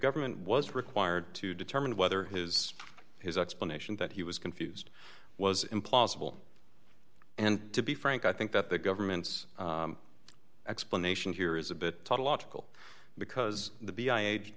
government was required to determine whether his his explanation that he was confused was implausible and to be frank i think that the government's explanation here is a bit tautological because the b i